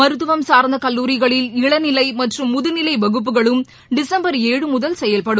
மருத்துவம் சார்ந்த கல்லூரிகளில் இளநிலை மற்றும் முதுநிலை வகுப்புகளும் டிசும்பர் ஏழு முதல் செயல்படும்